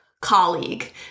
colleague